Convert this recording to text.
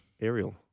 Ariel